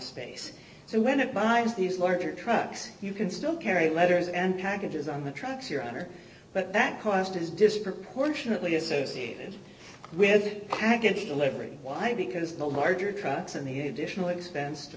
space so when it buys these larger trucks you can still carry letters and packages on the trucks your honor but that cost is disproportionately associated with the package delivery why because the larger trucks and the additional expense to